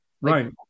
Right